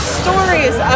stories